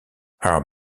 are